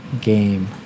Game